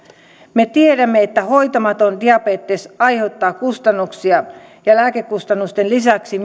me tiedämme että hoitamaton diabetes aiheuttaa kustannuksia lääkekustannusten lisäksi